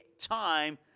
time